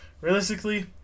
realistically